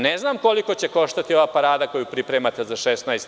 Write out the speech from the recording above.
Ne znam koliko će koštati parada koju pripremate za 16.